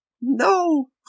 no